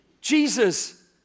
Jesus